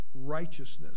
righteousness